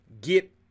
get